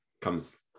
comes